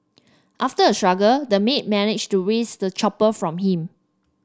after a struggle the maid managed to wrest the chopper from him